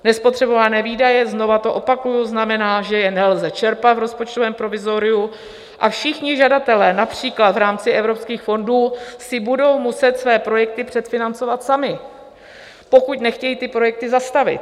Nespotřebované výdaje znova to opakuji znamená, že je nelze čerpat v rozpočtovém provizoriu, a všichni žadatelé, například v rámci evropských fondů, si budou muset své projekty předfinancovat sami, pokud nechtějí ty projekty zastavit.